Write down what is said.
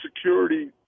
security